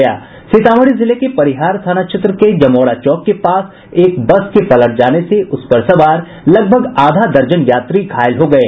सीतामढ़ी जिले के परिहार थाना क्षेत्र के जमोरा चौक के पास एक बस के पलट जाने से उसपर सवार लगभग आधा दर्जन यात्री घायल हो गये